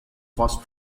first